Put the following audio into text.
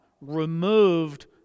removed